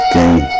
Game